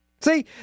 See